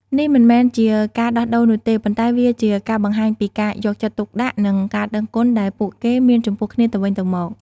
នេះមិនមែនជាការដោះដូរនោះទេ ប៉ុន្តែវាជាការបង្ហាញពីការយកចិត្តទុកដាក់និងការដឹងគុណដែលពួកគេមានចំពោះគ្នាទៅវិញទៅមក។